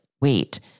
wait